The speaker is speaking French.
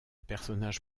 personnage